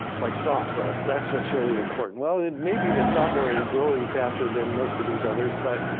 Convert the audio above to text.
like software, that's what's really important. well, it may be that software is growing faster than most of these others, but